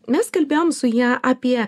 mes kalbėjom su ja apie